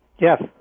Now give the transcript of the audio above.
yes